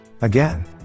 again